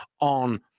on